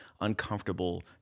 uncomfortable